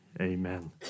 Amen